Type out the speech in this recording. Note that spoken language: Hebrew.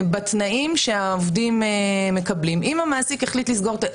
בתנאים שהעובדים מקבלים אם המעסיק החליט לסגור את העסק.